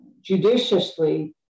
judiciously